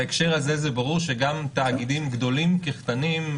בהקשר זה ברור שגם תאגידים גדולים כקטנים,